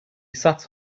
sat